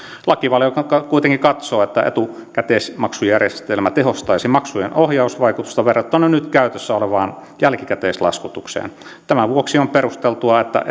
lakivaliokunta kuitenkin katsoo että etukäteismaksujärjestelmä tehostaisi maksujen ohjausvaikutusta verrattuna nyt käytössä olevaan jälkikäteislaskutukseen tämän vuoksi on perusteltua että